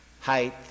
height